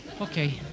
Okay